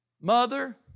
mother